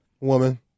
Woman